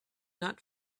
not